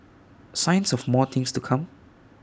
signs of more things to come